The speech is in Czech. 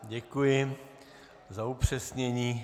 Děkuji za upřesnění.